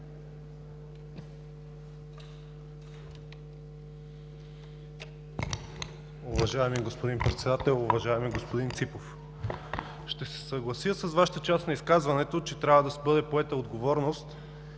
Уважаеми господин Председател! Уважаеми господин Ципов, ще се съглася с Вашата част на изказването, че трябва да бъде поета отговорност